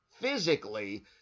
physically